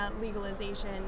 legalization